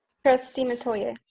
trustee metoyer.